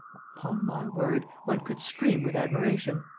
upon my word, one could scream with admiration.